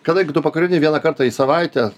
kadangi tu pakūreni vieną kartą į savaitę